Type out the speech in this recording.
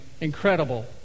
incredible